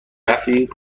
رفیق